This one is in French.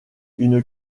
une